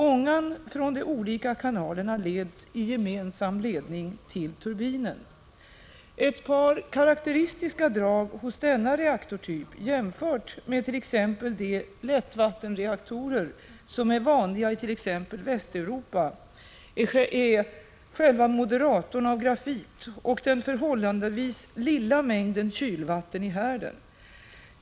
Ångan från de olika kanalerna leds i gemensam ledning till turbinen. Ett par karakteristiska drag hos denna reaktortyp, jämfört med t.ex. de lättvattenreaktorer som är vanliga i bl.a. Västeuropa, är själva moderatorn av grafit och den förhållandevis lilla mängden kylvatten i härden.